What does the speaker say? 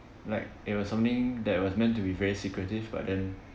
like it was something that was meant to be very secretive but then